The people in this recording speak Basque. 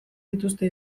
dituzte